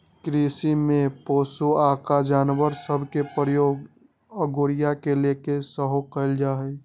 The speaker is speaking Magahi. कृषि में पोशौआका जानवर सभ के प्रयोग अगोरिया के लेल सेहो कएल जाइ छइ